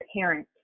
parent